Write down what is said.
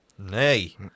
Nay